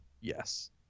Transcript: yes